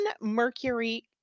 Mercury